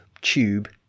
tube